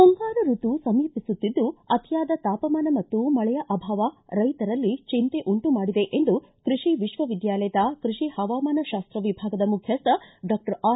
ಮುಂಗಾರು ಋತು ಸಮೀಪಿಸುತ್ತಿದ್ದು ಅತಿಯಾದ ತಾಪಮಾನ ಮತ್ತು ಮಳೆಯ ಅಭಾವ ರೈತರಲ್ಲಿ ಚಿಂತೆಯನ್ನುಂಟು ಮಾಡಿದೆ ಎಂದು ಕೃಷಿ ವಿಶ್ವದ್ದಾಲಯದ ಕೃಷಿ ಹವಾಮಾನ ಶಾಸ್ತ ವಿಭಾಗದ ಮುಖ್ಚಸ್ವ ಡಾಕ್ಷರ್ ಆರ್